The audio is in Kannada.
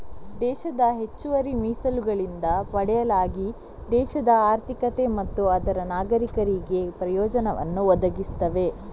ದೇಶದ ಹೆಚ್ಚುವರಿ ಮೀಸಲುಗಳಿಂದ ಪಡೆಯಲಾಗಿ ದೇಶದ ಆರ್ಥಿಕತೆ ಮತ್ತು ಅದರ ನಾಗರೀಕರಿಗೆ ಪ್ರಯೋಜನವನ್ನು ಒದಗಿಸ್ತವೆ